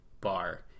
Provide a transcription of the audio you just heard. bar